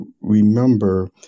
Remember